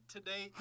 Today